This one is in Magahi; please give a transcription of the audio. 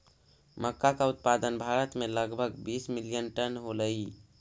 मक्का का उत्पादन भारत में लगभग बीस मिलियन टन होलई